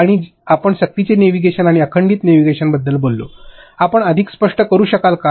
आणि आपण सक्तीचे नेव्हिगेशन आणि अखंडित नेव्हिगेशन बद्दल बोललो आपण अधिक स्पष्ट करू शकाल का